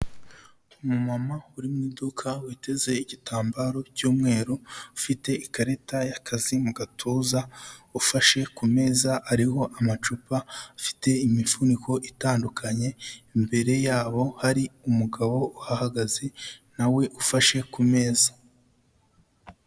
Umumama uri mu iduka witeze igitambaro cy'umweru, ufite ikarita y'akazi mu gatuza, ufashe ku meza ariho amacupa afite imifuniko itandukanye, imbere yabo hari umugabo uhahagaze nawe ufashe ku meza.